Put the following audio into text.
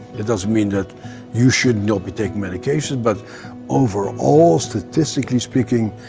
it doesn't mean that you should not be taking medication but overall, statistically speaking,